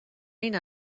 این